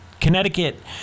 Connecticut